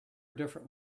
different